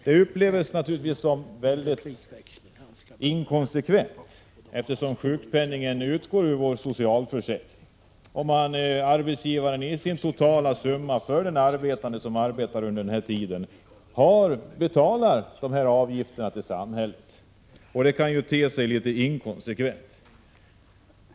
Detta uppfattas naturligtvis som mycket inkonsekvent, eftersom sjukpenningen utgår ur vår socialförsäkring och arbetsgivaren i sina totala utgifter för den anställde även betalar socialförsäkringsavgifter till samhället. Resultatet kan alltså bli litet inkonsekvent.